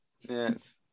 Yes